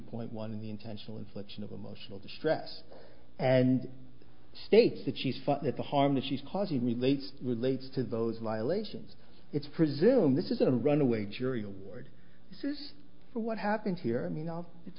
point one in the intentional infliction of emotional distress and states that she's that the harm that she's causing relates relates to those violations it's presumed this is a runaway jury award for what happened here i